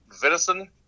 venison